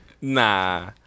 nah